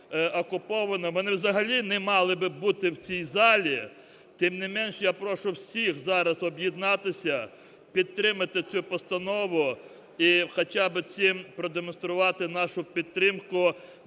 вони взагалі не мали би бути в цій залі, тим не менше я прошу всіх зараз об'єднатися, підтримати цю постанову, і хоча би цим продемонструвати підтримку